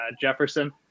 Jefferson